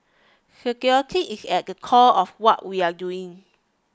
security is at the core of what we are doing